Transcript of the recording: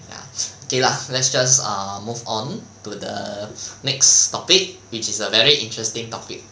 ya okay lah let's just err move on to the next topic which is a very interesting top